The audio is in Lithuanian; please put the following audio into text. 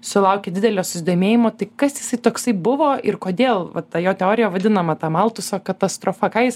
sulaukė didelio susdomėjimo tai kas jisai toksai buvo ir kodėl ta jo teorija vadinama ta maltuso katastrofa ką jis